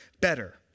better